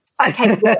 okay